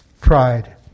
pride